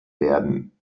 werden